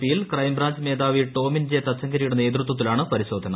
P യിൽ crime branch മേധാവി Tomin J തച്ചങ്കരിയുടെ നേതൃത്വത്തിലാണ് പരിശോധന